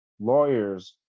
lawyers